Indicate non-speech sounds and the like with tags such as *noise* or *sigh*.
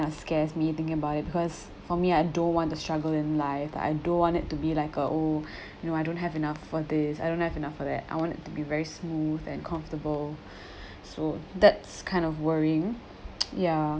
of scares me thinking about it because for me I don't want to struggle in life I don't want it to be like uh oh no I don't have enough for this I don't have enough for that I want it to be very smooth and comfortable so that's kind of worrying *noise* ya